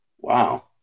wow